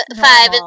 five